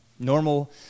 Normal